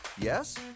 Yes